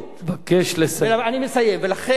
לכן,